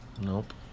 nope